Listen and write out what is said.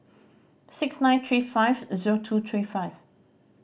six nine three five zero two three five